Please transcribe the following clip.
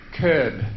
curb